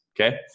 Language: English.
okay